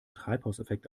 treibhauseffekt